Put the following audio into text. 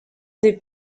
des